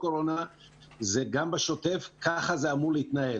זה גם בשוטף ככה זה צריך להתנהל.